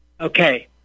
Okay